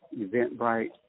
Eventbrite